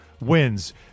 wins